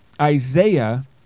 Isaiah